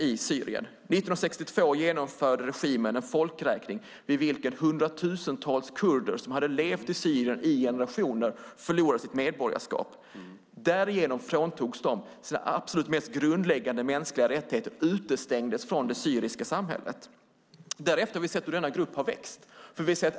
År 1962 genomförde regimen en folkräkning vid vilken hundratusentals kurder som hade levt i Syrien i generationer förlorade sitt medborgarskap. De fråntogs sina absolut mest grundläggande mänskliga rättigheter och utestängdes från det syriska samhället. Därefter har vi sett hur denna grupp har vuxit.